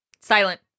Silent